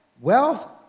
wealth